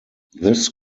this